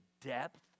depth